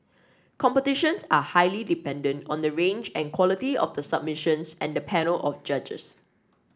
competitions are highly dependent on the range and quality of the submissions and the panel of judges